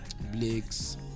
blake's